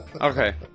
Okay